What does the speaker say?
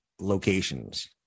locations